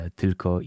tylko